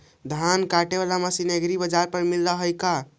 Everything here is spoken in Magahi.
धान काटे बाला मशीन एग्रीबाजार पर मिल है का?